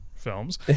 films